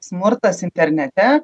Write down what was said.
smurtas internete